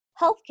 healthcare